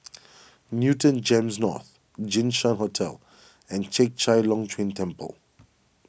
Newton Gems North Jinshan Hotel and Chek Chai Long Chuen Temple